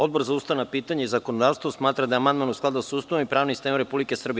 Odbor za ustavna pitanja i zakonodavstvo smatra da je amandman u skladu sa Ustavom i pravnim sistemom Republike Srbije.